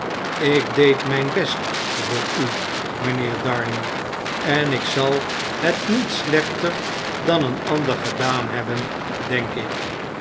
ik deed mijn best voor u mpheer darnay en ik zal het niet slechter dan een ander gedaan hebben denk ik